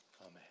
amen